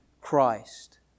Christ